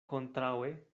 kontraŭe